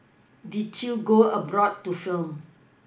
did you go abroad to film